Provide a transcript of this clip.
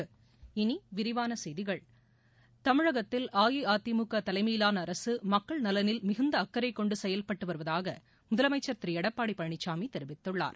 இனி விரிவான செய்திகள் தமிழகத்தில் அஇஅதிமுக தலைமையிலான அரசு மக்கள் நலனில் மிகுந்த அக்கறை கொண்டு செயல்பட்டு வருவதாக முதலமைச்சர் திரு எடப்பாடி பழனிசாமி தெரிவித்துள்ளார்